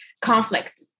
Conflict